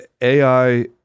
AI